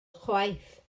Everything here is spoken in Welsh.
chwaith